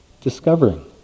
discovering